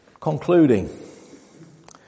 concluding